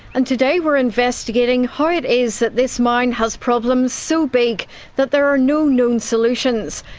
and today we're investigating how it is that this mine has problems so big that there are no known solutions,